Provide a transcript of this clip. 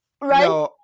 Right